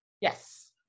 Yes